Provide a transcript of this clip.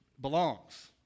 belongs